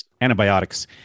Antibiotics